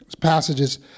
passages